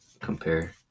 compare